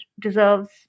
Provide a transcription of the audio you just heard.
deserves